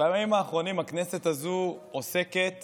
בימים האחרונים הכנסת הזאת עוסקת